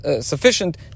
sufficient